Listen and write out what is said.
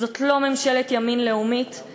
זאת לא ממשלת ימין לאומית,